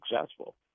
successful